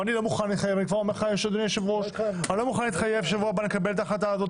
ואני לא מוכן להתחייב בשבוע הבא לקבל את ההחלטה הזאת,